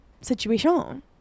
situation